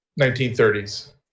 1930s